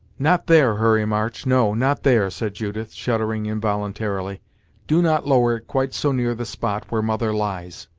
not there harry march no, not there, said judith, shuddering involuntarily do not lower it quite so near the spot where mother lies!